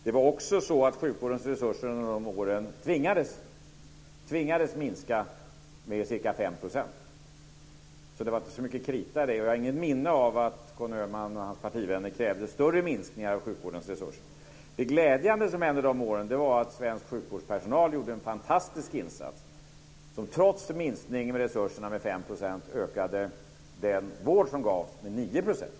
Det var också så att sjukvårdens resurser under de där åren tvingades minska med ca 5 %. Så det var inte så mycket krita. Jag har heller inget minne av att Conny Öhman och hans partivänner krävde större minskningar av sjukvårdens resurser. Det glädjande som hände de åren var att svensk sjukvårdspersonal gjorde en fantastiskt insats. Trots minskningen av resurserna med 5 % ökade de den vård som gavs med 9 %.